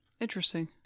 Interesting